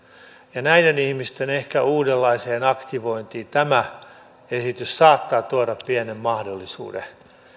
ja näiden ihmisten ehkä uudenlaiseksi aktivoinniksi tämä esitys saattaa tuoda pienen mahdollisuuden